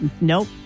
Nope